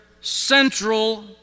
central